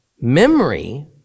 memory